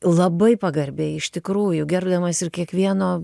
labai pagarbiai iš tikrųjų gerbdamas ir kiekvieno